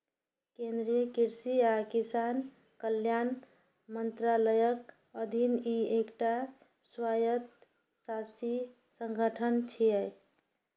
केंद्रीय कृषि आ किसान कल्याण मंत्रालयक अधीन ई एकटा स्वायत्तशासी संगठन छियै